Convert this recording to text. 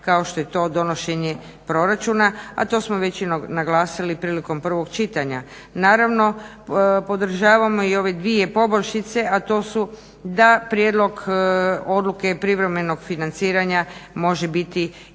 kao što je to donošenje proračuna, a to smo već i naglasili priliko prvog čitanja. Naravno, podržavamo i ove dvije poboljšice, a to su da prijedlog odluke privremenog financiranja može biti